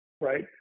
Right